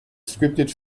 scripted